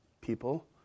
people